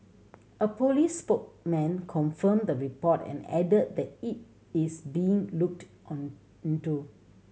a police spokesman confirmed the report and added that it is being looked on into